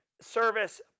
service